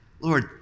Lord